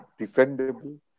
defendable